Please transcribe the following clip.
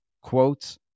quotes